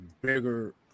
bigger